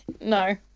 No